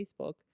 Facebook